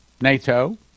NATO